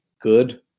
good